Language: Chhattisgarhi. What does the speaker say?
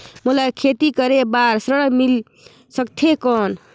मोला खेती करे बार ऋण मिल सकथे कौन?